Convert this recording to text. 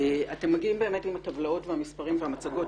אתם מגיעים עם הטבלאות והמספרים והמצגות,